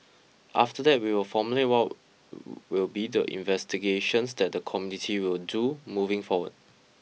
after that we will formulate what will be the investigations that the committee will do moving forward